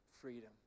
freedom